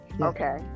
Okay